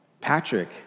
Patrick